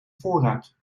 voorruit